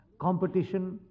competition